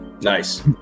Nice